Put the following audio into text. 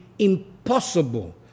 Impossible